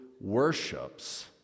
worships